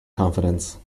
confidence